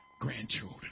grandchildren